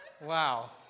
Wow